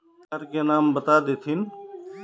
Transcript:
औजार के नाम बता देथिन?